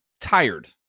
tired